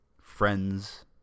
friends